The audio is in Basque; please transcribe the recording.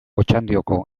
otxandioko